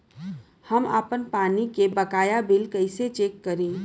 हम आपन पानी के बकाया बिल कईसे चेक करी?